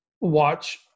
watch